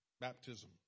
baptism